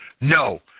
No